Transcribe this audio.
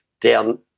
down